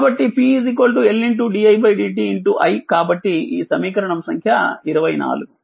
కాబట్టిPLdidtiకాబట్టిఈసమీకరణం సంఖ్య24